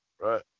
right